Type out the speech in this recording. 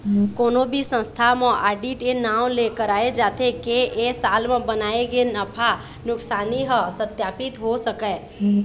कोनो भी संस्था म आडिट ए नांव ले कराए जाथे के ए साल म बनाए गे नफा नुकसानी ह सत्पापित हो सकय